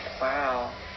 Wow